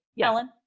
Ellen